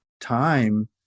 time